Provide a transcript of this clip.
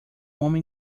homem